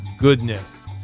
goodness